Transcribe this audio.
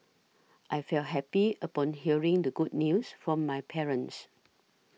I felt happy upon hearing the good news from my parents